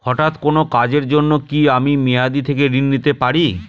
হঠাৎ কোন কাজের জন্য কি আমি মেয়াদী থেকে ঋণ নিতে পারি?